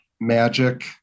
magic